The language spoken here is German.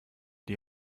die